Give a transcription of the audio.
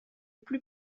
plus